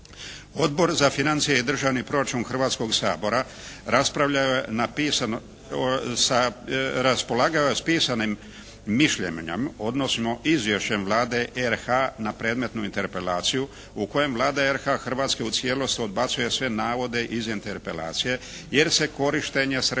Odbor za financije i državni proračun Hrvatskog sabora raspravljao je, raspolagao je sa pisanim mišljenjem, odnosno izvješćem Vlade RH na predmetnu interpelaciju u kojem Vlada RH Hrvatske u cijelosti odbacuje sve navode iz interpelacije jer se korištenje sredstava